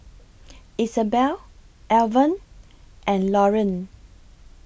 Isabell Alvan and Lauryn